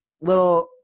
little